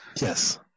Yes